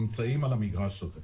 נמצאים על המגרש הזה.